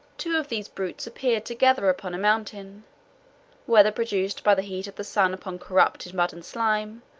two of these brutes appeared together upon a mountain whether produced by the heat of the sun upon corrupted mud and slime,